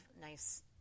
nice